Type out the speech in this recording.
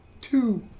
two